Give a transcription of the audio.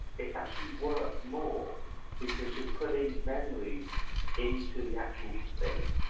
it's actually worth more because you're putting memories into the actual thing.